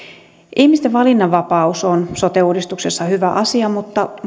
ihmisten valinnanvapaus on sote uudistuksessa hyvä asia mutta